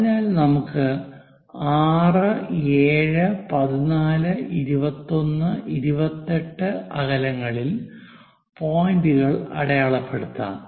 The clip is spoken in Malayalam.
അതിനാൽ നമുക്ക് 6 7 14 21 28 അകലങ്ങളിൽ പോയിന്റുകൾ അടയാളപ്പെടുത്താം